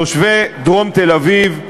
תושבי דרום תל-אביב,